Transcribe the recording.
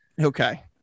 Okay